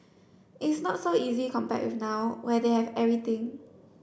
it's not so easy compared now where they have everything